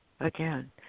again